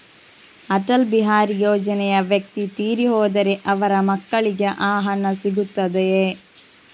ಅಟಲ್ ಬಿಹಾರಿ ಯೋಜನೆಯ ವ್ಯಕ್ತಿ ತೀರಿ ಹೋದರೆ ಅವರ ಮಕ್ಕಳಿಗೆ ಆ ಹಣ ಸಿಗುತ್ತದೆಯೇ?